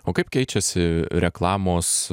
o kaip keičiasi reklamos